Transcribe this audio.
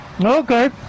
Okay